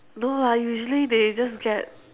no lah usually they just get